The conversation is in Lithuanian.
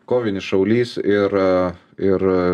kovinis šaulys ir ir